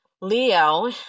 Leo